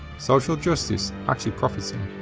social justice actually profits them,